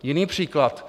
Jiný příklad.